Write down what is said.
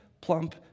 plump